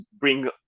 bring